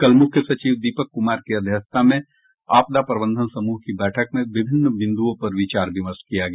कल मुख्य सचिव दीपक कुमार की अध्यक्षता में आपदा प्रबंधन समूह की बैठक में विभिन्न बिंद्रों पर विचार विमर्श किया गया